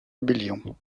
rébellion